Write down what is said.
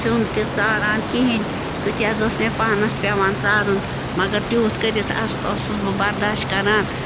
سیُن تہِ ژاران کِہیٖنۍ سُہ تہِ حظ اوس مےٚ پانَس پٮ۪وان ژارُن مگر تیوٗت کٔرِتھ حظ ٲسٕس بہٕ برداشت کران